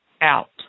Out